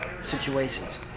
situations